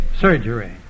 surgery